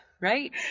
Right